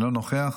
אינו נוכח,